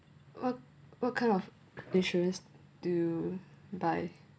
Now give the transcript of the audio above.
what what kind of insurance do buy